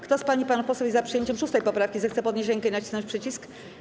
Kto z pań i panów posłów jest za przyjęciem 6. poprawki, zechce podnieść rękę i nacisnąć przycisk.